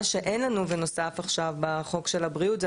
מה שאין לנו ונוסף עכשיו בחוק של הבריאות זה